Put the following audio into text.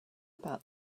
about